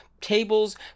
tables